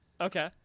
Okay